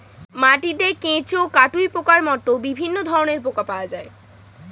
মাটিতে কেঁচো, কাটুই পোকার মতো বিভিন্ন ধরনের পোকা পাওয়া যায়